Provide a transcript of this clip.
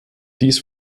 dies